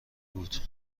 بود